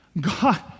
God